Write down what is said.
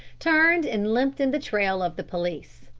turned and limped in the trail of the police.